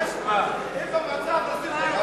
מה תעשו?